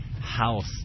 house